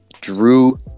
Drew